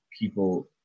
people